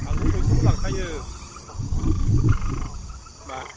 आंथ' बयखौबो लांखायो मा